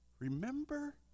Remember